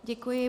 Děkuji.